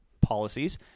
policies